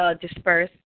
disperse